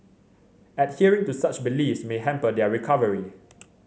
adhering to such beliefs may hamper their recovery